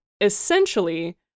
essentially